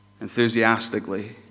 enthusiastically